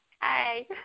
Hi